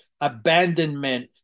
abandonment